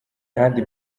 ahandi